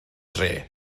dref